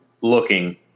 looking